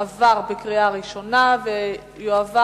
עברה בקריאה ראשונה ותועבר